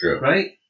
Right